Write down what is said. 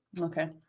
Okay